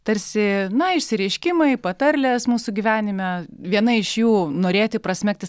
tarsi na išsireiškimai patarlės mūsų gyvenime viena iš jų norėti prasmegti